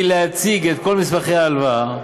היא להציג את כל מסמכי ההלוואה,